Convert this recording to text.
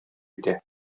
итә